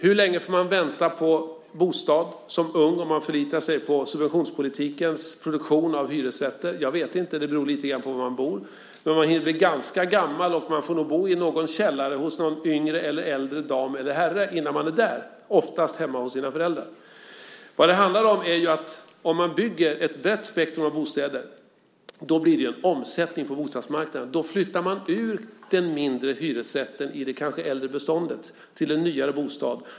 Hur länge får man vänta på bostad som ung om man förlitar sig på subventionspolitikens produktion av hyresrätter? Jag vet inte; det beror på var man bor. Men man hinner bli ganska gammal, och man får nog bo i någon källare hos någon yngre eller äldre dam eller herre innan man är där - oftast hemma hos sina föräldrar. Vad det handlar om är att om man bygger ett brett spektrum av bostäder blir det en omsättning på bostadsmarknaden. Då flyttar man från den mindre hyresrätten i det kanske äldre beståndet till en nyare bostad.